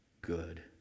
good